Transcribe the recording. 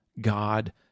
God